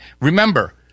Remember